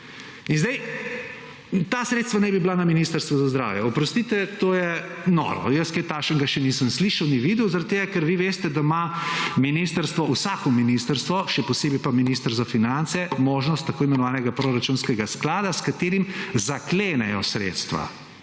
In zdaj, ta sredstva naj bi bila na Ministrstvu za zdravje. Oprostite, to je noro. Jaz kaj takšnega še nisem slišal, ni videl, zaradi tega, ker vi veste, da ima ministrstvo, vsako ministrstvo, še posebej pa minister za finance, možnost tako imenovanega proračunskega sklada, s katerim zaklenejo sredstva,